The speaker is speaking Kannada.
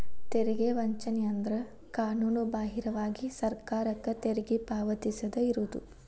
ತೆರಿಗೆ ವಂಚನೆ ಅಂದ್ರ ಕಾನೂನುಬಾಹಿರವಾಗಿ ಸರ್ಕಾರಕ್ಕ ತೆರಿಗಿ ಪಾವತಿಸದ ಇರುದು